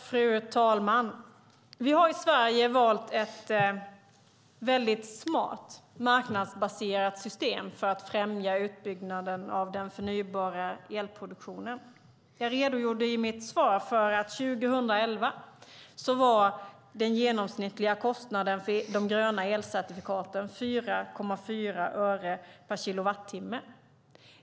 Fru talman! Vi har i Sverige valt ett smart marknadsbaserat system för att främja utbyggnaden av den förnybara elproduktionen. Jag redogjorde i mitt svar för att den genomsnittliga kostnaden för de gröna elcertifikaten 2011 var 4,4 öre per kilowattimme.